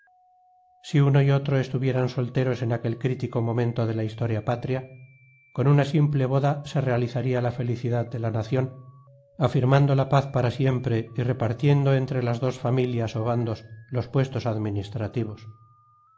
si uno y otro estuvieran solteros en aquel crítico momento de la historia patria con una simple boda se realizaría la felicidad de la nación afirmando la paz para siempre y repartiendo entre las dos familias o bandos los puestos administrativos